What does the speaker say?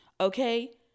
okay